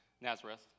Nazareth